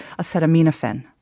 acetaminophen